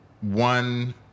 one